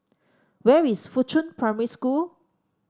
where is Fuchun Primary School